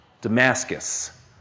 Damascus